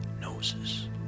noses